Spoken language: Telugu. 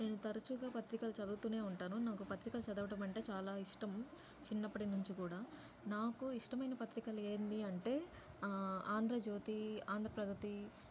నేను తరుచుగా పత్రికలు చదువుతూనే ఉంటాను నాకు పత్రికలు చదవడం అంటే చాలా ఇష్టము చిన్నప్పటి నుంచి కూడా నాకు ఇష్టమైన పత్రికలు ఏంటి అంటే ఆంధ్రజ్యోతి ఆంధ్రప్రగతి